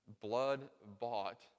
blood-bought